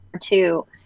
two